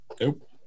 Nope